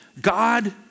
God